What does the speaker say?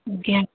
ଆଜ୍ଞା